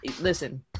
listen